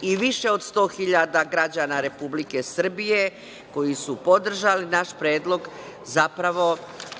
i više od 100.000 građana Republike Srbije, koji su podržali naš predlog, zapravo